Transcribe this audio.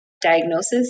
diagnosis